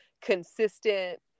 consistent